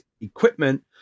equipment